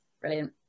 Brilliant